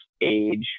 age